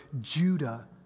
Judah